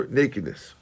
nakedness